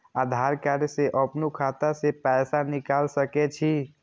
आधार कार्ड से अपनो खाता से पैसा निकाल सके छी?